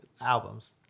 albums